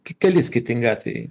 keli skirtingi atvejai